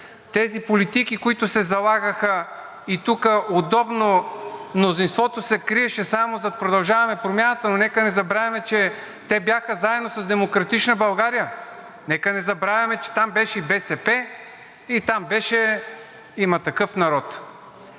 тези политики, които се залагаха, и тук удобно мнозинството се криеше само зад „Продължаваме Промяната“. Но нека не забравяме, че те бяха заедно с „Демократична България“, нека не забравяме, че там беше и БСП, там беше „Има такъв народ“.